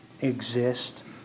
exist